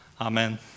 Amen